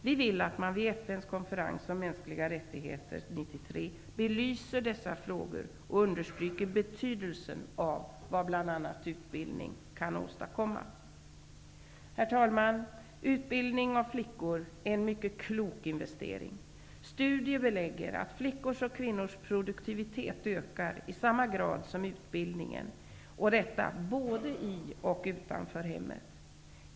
Vi vill att man vid FN:s konferens om mänskliga rättigheter 1993 belyser dessa frågor och understryker betydelsen av vad bl.a. utbildning kan åstadkomma. Herr talman! Utbildning av flickor är en mycket klok investering. Studier belägger att flickors och kvinnors produktivitet ökar i samma grad som utbildningen, både i och utanför hemmet.